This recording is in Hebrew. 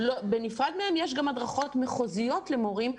בנפרד מהם יש גם הדרכות מחוזיות למורים,